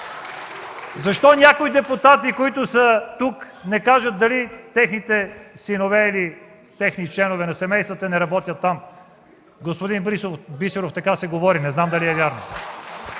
Защо някои депутати, които са тук, не кажат дали техните синове или членове на семействата не работят там? Господин Бисеров, така се говори, не знам дали е вярно.